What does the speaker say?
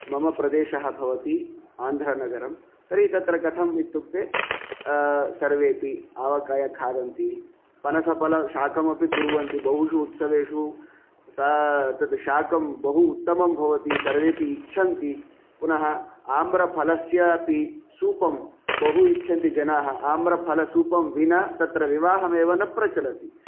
मम प्रदेशः भवति आन्ध्रनगरं तर्हि तत्र कथम् इत्युक्ते सर्वेपि आवकाय खादन्ति पनसपलशाखमपि कुर्वन्ति बहुषु उत्सवेषु सा तद् शाकं बहु उत्तमं भवति सर्वेपि इच्छन्ति पुनः आम्रफलस्यापि सूपं बहु इच्छन्ति जनाः आम्प्रफलसूपं विना तत्र विवाहमेव न प्रचलति